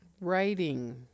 writing